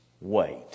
Wait